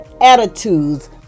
attitudes